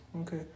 Okay